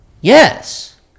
Yes